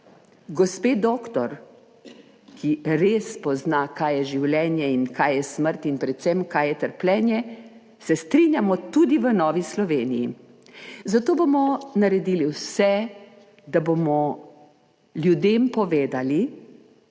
gospe doktor, ki res pozna, kaj je življenje in kaj je smrt in predvsem kaj je trpljenje, se strinjamo tudi v Novi Sloveniji, zato bomo naredili vse, da bomo ljudem povedali,